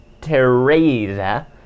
Teresa